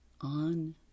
on